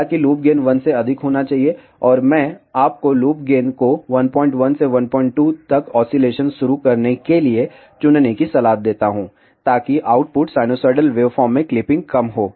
हालाँकि loop gain 1 से अधिक होना चाहिए और मैं आपको लूप गेन को 11 से 12 तक ऑसिलेशन शुरू करने के लिए चुनने की सलाह देता हूं ताकि आउटपुट साइनसॉइडल वेवफॉर्म में क्लिपिंग कम हो